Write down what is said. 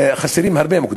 חסרים הרבה מוקדים.